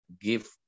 give